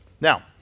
Now